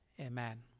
amen